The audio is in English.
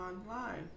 online